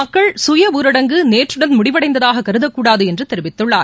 மக்கள் சுய ஊரடங்கு நேற்றுடன் முடிவடைந்ததாக கருதக் கூடாது என்று தெரிவித்துள்ளார்